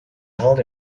held